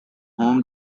home